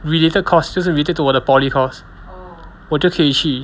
related course 就是 related to 我的 poly course 我就可以去